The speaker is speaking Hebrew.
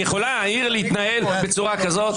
יכולה העיר להתנהל בצורה כזאת?